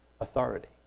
authority